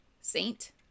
saint